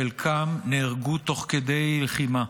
חלקם נהרגו תוך כדי לחימה.